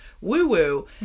woo-woo